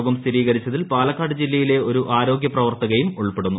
രോഗം സ്ഥിരീകരിച്ചതിൽ പാലക്കാട് ജില്ലയിലെ ഒരു ആരോഗ്യ പ്രവർത്തകയും ഉൾപ്പെടുന്നു